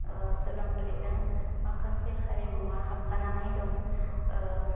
सोलोंथाइजों माखासे हारिमुवा हाबफानानै दं